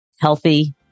healthy